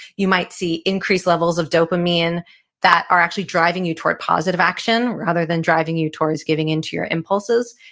you might see increased levels of dopamine that are actually driving you toward positive action rather than driving you towards giving into your impulses.